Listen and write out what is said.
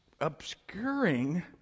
obscuring